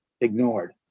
ignored